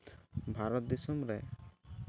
ᱵᱷᱟᱨᱚᱛ ᱫᱤᱥᱚᱢ ᱨᱮ